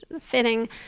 fitting